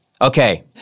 Okay